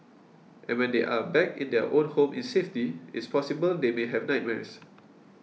and when they are back in their own home in safety it's possible they may have nightmares